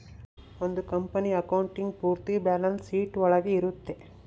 ಒಂದ್ company accounting ಪೂರ್ತಿ balance sheet ಒಳಗ ಇರುತ್ತೆ